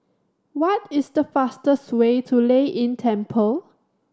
what is the fastest way to Lei Yin Temple